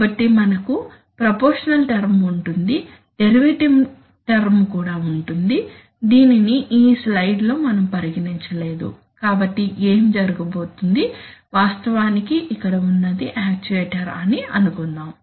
కాబట్టి మనకు proportional term ఉంటుంది డెరివేటివ్ టర్మ్ కూడా ఉంటుంది దీనిని ఈ స్లైడ్లో మనం పరిగణించ లేదు కాబట్టి ఏమి జరుగుతోంది వాస్తవానికి ఇక్కడ ఉన్నది యాక్చుయేటర్ అని అనుకుందాం